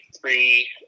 Three